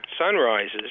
sunrises